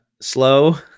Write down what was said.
slow